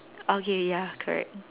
okay ya correct